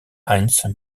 heinz